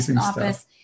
office